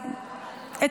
אבל לא מזה.